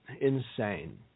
insane